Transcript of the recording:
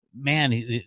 man